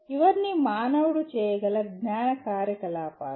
ఇవన్నీ మానవుడు చేయగల జ్ఞాన కార్యకలాపాలు